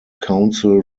council